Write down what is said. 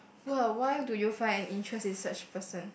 well why do you find an interest in such person